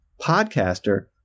podcaster